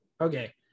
Okay